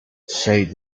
said